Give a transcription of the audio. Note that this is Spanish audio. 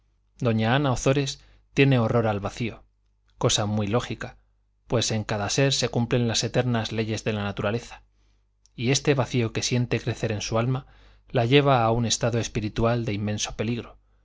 doña ana ozores tiene horror al vacío cosa muy lógica pues en cada ser se cumplen las eternas leyes de naturaleza y este vacío que siente crecer en su alma la lleva a un estado espiritual de inmenso peligro